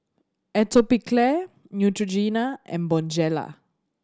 Atopiclair Neutrogena and Bonjela